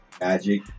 Magic